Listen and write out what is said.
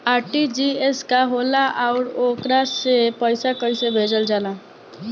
RTGS का होला आउरओ से पईसा कइसे भेजल जला?